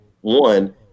One